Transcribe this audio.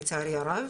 לצערי הרב